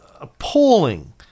appalling